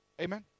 Amen